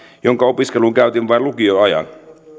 jonka opiskeluun käytin vain lukioajan